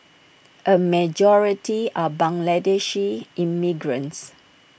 A majority are Bangladeshi immigrants